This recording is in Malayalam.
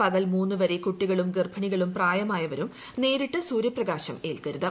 പകൽ മൂന്നുവരെ കുട്ടികളും ഗർഭിണികളും പ്രായമായവരും നേരിട്ട് സൂര്യപ്രകാശം ഏൽക്കരുത്